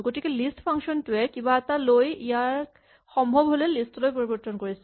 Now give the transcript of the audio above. গতিকে list function টোৱে কিবা এটা লৈ ইয়াক সম্ভৱ হ'লে লিষ্ট লৈ পৰিবৰ্তন কৰিছে